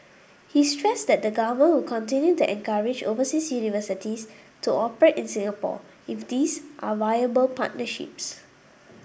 he stressed that the Government will continue to encourage overseas universities to operate in Singapore if these are viable partnerships